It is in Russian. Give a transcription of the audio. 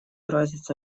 разница